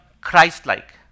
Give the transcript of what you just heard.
Christ-like